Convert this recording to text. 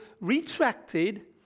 retracted